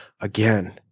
again